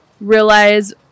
realize